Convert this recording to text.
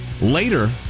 Later